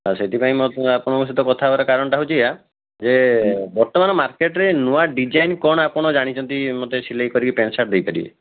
ସେଥିପାଇଁ ମୋର ଆପଣଙ୍କ ସହିତ କଥା ହେବାର କାରଣଟା ହେଉଛି ଏଇଆ ଯେ ବର୍ତ୍ତମାନ ମାର୍କେଟରେ ନୂଆ ଡିଜାଇନ୍ କ'ଣ ଆପଣ ଜାଣିଛନ୍ତି ମୋତେ ସିଲେଇ କରିକି ପ୍ୟାଣ୍ଟ୍ ସାର୍ଟ୍ ଦେଇପାରିବେ